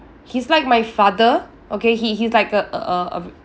he's like my father okay he he's like a a a a